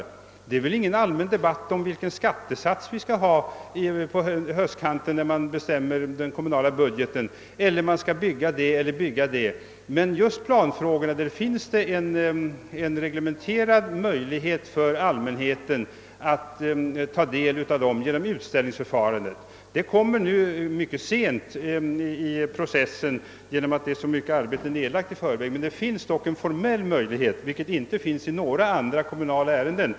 Det förekommer väl ingen allmän debatt om vilken skattesats vi skall ha, när man på höstkanten bestämmer den kommunala budgeten, och inte heller om vad som eventuellt skall byggas. Just planfrågorna har emellertid allmänheten en reglementerad möjlighet att ta del av genom utställningsförfarandet. Detta kommer mycket sent in i processen, eftersom så mycket arbete är nedlagt i förväg, men det ger dock en formell möjlighet, vilket inte är fallet i några andra kommunala ärenden.